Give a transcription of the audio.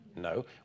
No